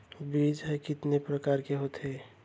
बीज ह कितने प्रकार के होथे?